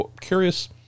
Curious